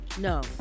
No